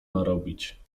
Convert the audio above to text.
narobić